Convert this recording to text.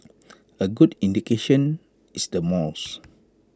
A good indication is the malls